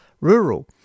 rural